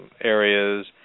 areas